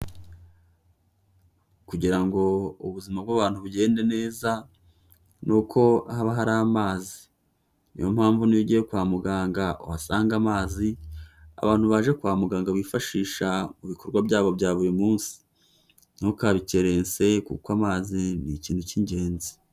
Kugira ngo ubuzima bw'abantu bugende neza ni uko haba hari amazi, niyo mpamvu niyo ugiye kwa muganga uhasanga amazi abantu baje kwa muganga bifashisha mu bikorwa byabo bya buri munsi. Ntukabikerense kuko amazi ni ikintu cy'ingenzi.